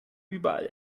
überall